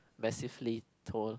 maxi free tall